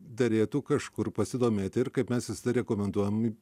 derėtų kažkur pasidomėti ir kaip mes visada rekemomenduojam